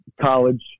college